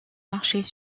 marchés